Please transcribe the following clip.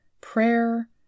prayer